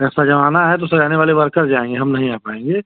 हाँ सजवाना है तो सजाने वाले वर्कर जाएँगे हम नहीं आ पाएँगे